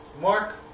Mark